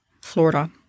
Florida